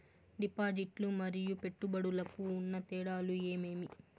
డిపాజిట్లు లు మరియు పెట్టుబడులకు ఉన్న తేడాలు ఏమేమీ?